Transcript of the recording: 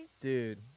Dude